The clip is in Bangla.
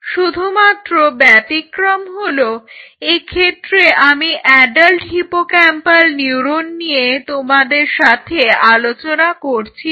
শুধুমাত্র ব্যতিক্রম হলো এক্ষেত্রে আমি অ্যাডাল্ট হিপোক্যাম্পাল নিউরন নিয়ে তোমাদের সাথে আলোচনা করছি না